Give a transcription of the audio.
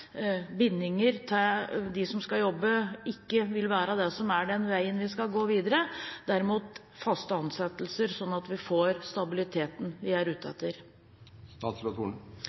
bindinger til dem som skal jobbe, ikke vil være veien vi skal gå videre, men derimot faste ansettelser, sånn at vi får stabiliteten vi er ute etter?